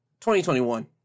2021